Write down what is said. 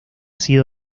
sido